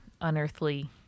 unearthly